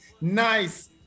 nice